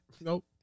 Nope